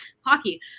hockey